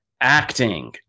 acting